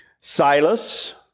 Silas